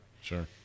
Sure